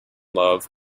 love